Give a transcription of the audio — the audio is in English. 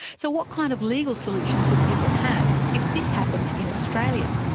so what kind of legal solutions would people have if this happened in australia?